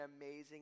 amazing